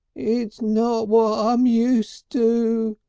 it's not what i'm used to,